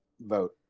vote